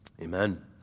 amen